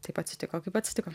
taip atsitiko kaip atsitiko